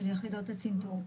של יחידות הצנתור.